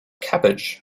cabbage